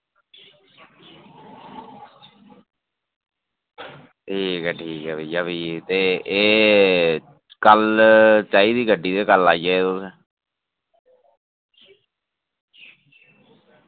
ठीक ऐ ठीक ऐ भैया फ्ही ते एह् कल्ल चाहिदी गड्डी ते कल्ल आई जाएओ तुस